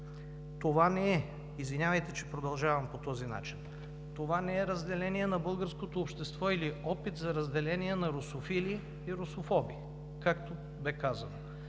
този начин, разделение на българското общество или опит за разделение на русофили и русофоби, както бе казано.